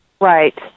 Right